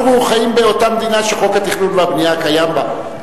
אנחנו חיים באותה מדינה שחוק התכנון והבנייה קיים בה.